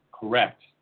correct